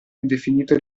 indefinito